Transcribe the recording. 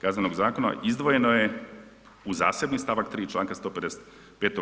KZ-a izdvojeno je u zasebni stavak 3. članka 155.